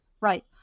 Right